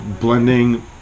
Blending